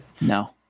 No